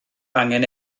angen